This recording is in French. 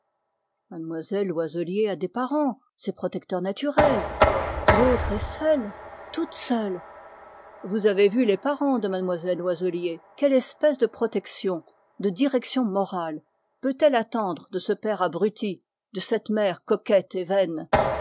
mlle loiselier a des parents ses protecteurs naturels l'autre est seule vous avez vu les parents de m lle loiselier quelle espèce de direction morale peut-elle attendre de ce père abruti de cette mère coquette et vaine